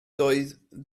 doedd